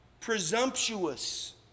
presumptuous